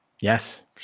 Yes